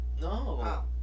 No